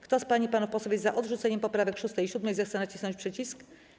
Kto z pań i panów posłów jest za odrzuceniem poprawek 6. i 7., zechce nacisnąć przycisk.